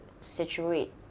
situate